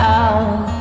out